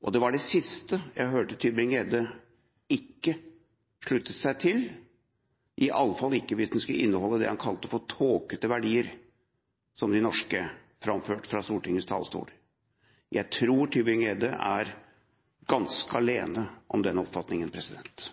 dokument. Det var det siste jeg hørte Tybring-Gjedde ikke sluttet seg til, i alle fall hvis den skulle inneholde det han kalte for «tåkete» verdier, som de norske, framført fra Stortingets talerstol. Jeg tror Tybring-Gjedde er ganske alene om den oppfatningen. Det har vært interessant